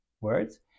words